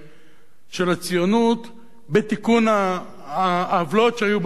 של הציונות, בתיקון העוולות שהיו ב-100 הקודמות.